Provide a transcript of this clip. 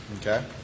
Okay